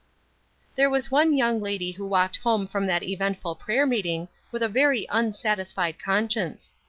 there was one young lady who walked home from that eventful prayer-meeting with a very unsatisfied conscience.